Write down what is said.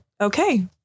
okay